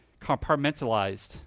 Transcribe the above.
compartmentalized